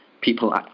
people